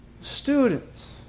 Students